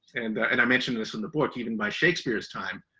and, and i mentioned this in the book even by shakespeare's time,